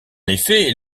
effet